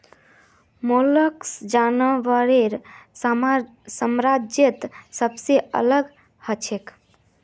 mollusc जानवरेर साम्राज्यत सबसे अलग हछेक